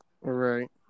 Right